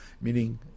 Meaning